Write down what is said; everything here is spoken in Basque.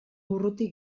urruti